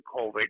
COVID